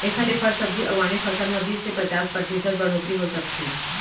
एखर ले फर, सब्जी अउ आने फसल म बीस ले पचास परतिसत बड़होत्तरी हो सकथे